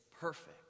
perfect